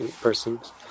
persons